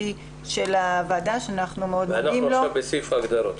שלום לכולם.